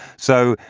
so,